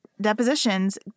depositions